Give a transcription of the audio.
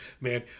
man